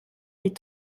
est